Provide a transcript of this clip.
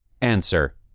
Answer